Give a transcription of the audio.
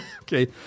Okay